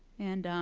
and